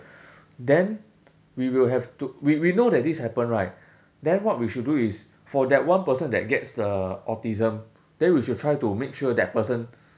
then we will have to we we know that this happen right then what we should do is for that one person that gets the autism then we should try to make sure that person